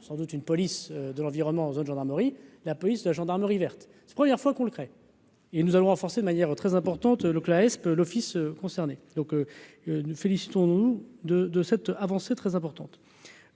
sans doute une police de l'environnement en zone gendarmerie, la police, la gendarmerie verte première fois qu'on le traite. Et nous allons renforcer de manière très importante le Kleist l'office concerné donc nous félicitons-nous de de cette avancée très importante.